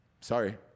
sorry